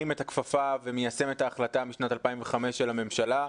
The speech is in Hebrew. את הכפפה ומיישם את ההחלטה משנת 2005 של הממשלה,